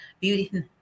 Beauty